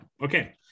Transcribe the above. Okay